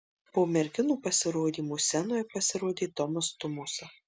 po merginų pasirodymo scenoje pasirodė tomas tumosa